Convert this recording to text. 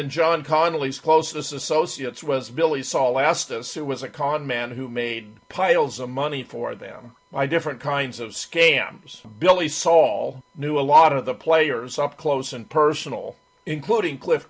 connally's closest associates was billy saw last as it was a con man who made piles of money for them by different kinds of scams billy saul knew a lot of the players up close and personal including cliff